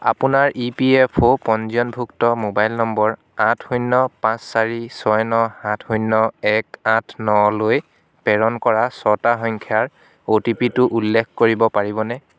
আপোনাৰ E P F O পঞ্জীয়নভুক্ত mobile number আঠ শূন্য় পাঁচ চাৰি ছয় ন সাত শূন্য় এক আঠ নলৈ পেৰণ কৰা ছটা সংখ্যাৰ অ' টি পিটো উল্লেখ কৰিব পাৰিবনে